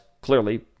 clearly